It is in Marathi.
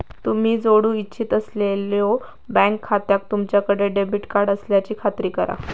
तुम्ही जोडू इच्छित असलेल्यो बँक खात्याक तुमच्याकडे डेबिट कार्ड असल्याची खात्री करा